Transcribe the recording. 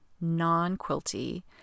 non-quilty